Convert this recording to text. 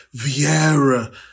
Vieira